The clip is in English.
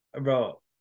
bro